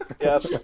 Yes